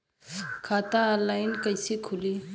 खाता ऑनलाइन कइसे खुली?